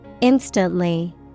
Instantly